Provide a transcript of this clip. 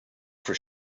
for